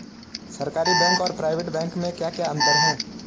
सरकारी बैंक और private bank में क्या क्या अंतर हैं?